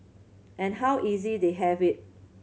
and how easy they have it